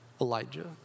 Elijah